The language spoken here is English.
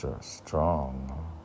strong